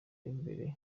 y’imbere